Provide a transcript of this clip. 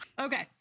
Okay